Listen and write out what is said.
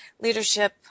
leadership